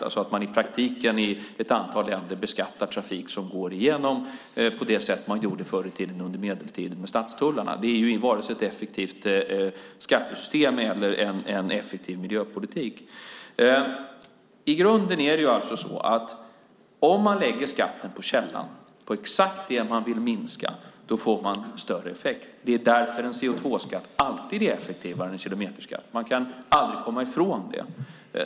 I praktiken beskattar man alltså i ett antal länder trafik som går igenom landet på det sätt som man gjorde under medeltiden med stadstullarna. Det är varken ett effektivt skattesystem eller en effektiv miljöpolitik. I grunden är det så att om man lägger skatten på källan - på exakt det man vill minska - får man större effekt. Det är därför en CO2-skatt alltid är effektivare än en kilometerskatt. Man kan aldrig komma ifrån det.